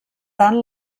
tant